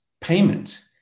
payment